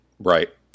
Right